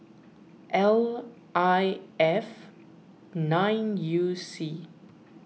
L I F nine U C